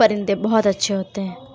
پرندے بہت اچھے ہوتے ہیں